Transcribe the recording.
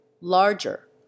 larger